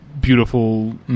Beautiful